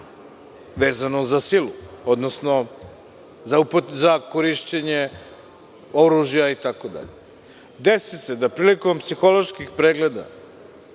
vezano za silu, odnosno za korišćenje oružja itd. desi se da prilikom psiholoških pregleda,